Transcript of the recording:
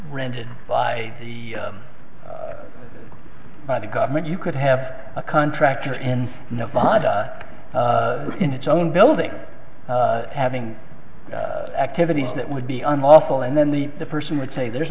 rented by the by the government you could have a contractor in nevada in its own building having activities that would be unlawful and then the the person would say there's